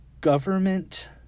government